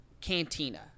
cantina